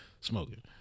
smoking